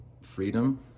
freedom